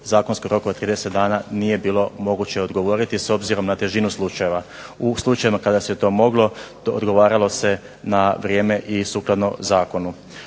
zakonskog roka od 30 dana nije bilo moguće odgovoriti s obzirom na težinu slučajeva. U slučajno kada se to moglo odgovaralo se na vrijeme i sukladno zakonu.